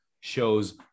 shows